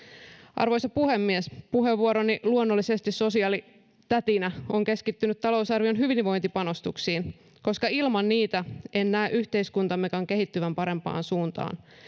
arvoisa puhemies puheenvuoroni luonnollisesti sosiaalitätinä on keskittynyt talousarvion hyvinvointipanostuksiin koska ilman niitä en näe yhteiskuntammekaan kehittyvän parempaan suuntaan